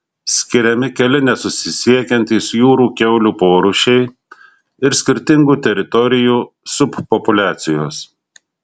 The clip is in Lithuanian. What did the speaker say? skiriami keli nesusisiekiantys jūrų kiaulių porūšiai ir skirtingų teritorijų subpopuliacijos